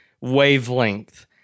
wavelength